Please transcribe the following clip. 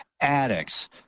addicts